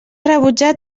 rebutjar